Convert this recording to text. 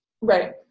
Right